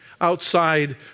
outside